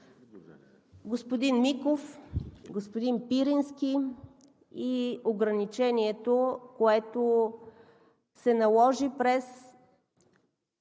господин Миков, господин Пирински и ограничението, което се наложи през